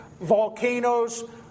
Volcanoes